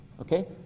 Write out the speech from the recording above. Okay